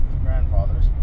grandfather's